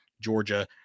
Georgia